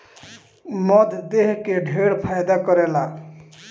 मध देह के ढेर फायदा करेला